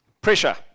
Pressure